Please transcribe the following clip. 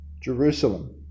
Jerusalem